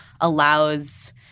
allows